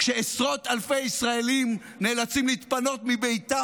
כשעשרות אלפי ישראלים נאלצים להתפנות מביתם